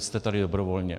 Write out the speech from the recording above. Jste tady dobrovolně.